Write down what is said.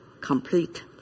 complete